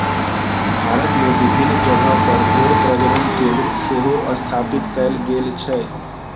भारत मे विभिन्न जगह पर भेड़ प्रजनन केंद्र सेहो स्थापित कैल गेल छै